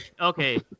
Okay